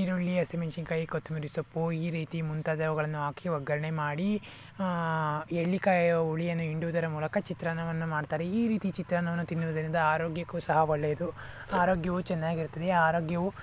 ಈರುಳ್ಳಿ ಹಸಿಮೆಣಸಿನ್ಕಾಯಿ ಕೊತ್ತಂಬರರಿ ಸೊಪ್ಪು ಈ ರೀತಿ ಮುಂತಾದವುಳನ್ನು ಹಾಕಿ ಒಗ್ಗರಣೆ ಮಾಡಿ ಎಳ್ಳಿ ಕಾಯಿಯ ಹುಳಿಯನ್ನು ಹಿಂಡುವುದರ ಮೂಲಕ ಚಿತ್ರಾನ್ನವನ್ನು ಮಾಡ್ತಾರೆ ಈ ರೀತಿ ಚಿತ್ರಾನ್ನವನ್ನು ತಿನ್ನುವುದರಿಂದ ಆರೋಗ್ಯಕ್ಕೂ ಸಹ ಒಳ್ಳೇದು ಆರೋಗ್ಯವು ಚೆನ್ನಾಗಿರುತ್ತದೆ ಆರೋಗ್ಯವು